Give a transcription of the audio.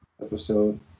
episode